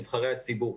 נבחרי הציבור,